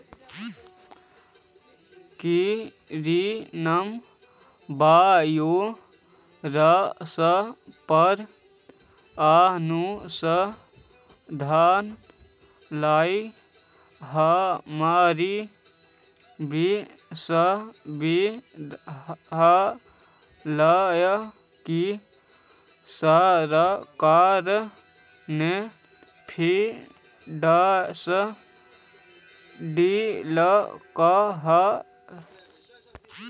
corona virus पर अनुसंधान ला हमारे विश्वविद्यालय को सरकार ने फंडस देलकइ हे